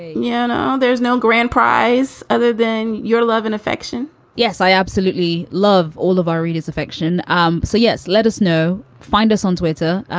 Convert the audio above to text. yeah there's no grand prize other than your love and affection yes, i absolutely love all of our readers affection. um so, yes, let us know. find us on twitter.